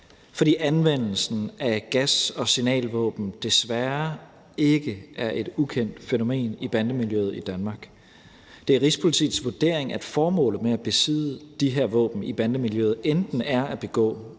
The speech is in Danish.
fordi anvendelsen af gas- og signalvåben desværre ikke er et ukendt fænomen i bandemiljøet i Danmark. Det er Rigspolitiets vurdering, at formålet med at besidde de her våben i bande- og rockermiljøet enten er at begå